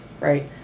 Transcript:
right